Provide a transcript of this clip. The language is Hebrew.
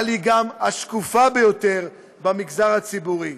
אבל גם השקופה ביותר במגזר הציבורי,